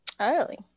Early